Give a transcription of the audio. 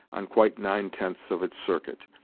on quite nine tenths of its circuit.